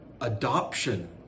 adoption